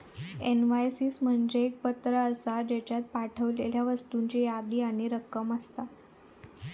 invoices म्हणजे एक पत्र आसा, ज्येच्यात पाठवलेल्या वस्तूंची यादी आणि रक्कम असता